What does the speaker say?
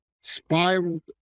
spiraled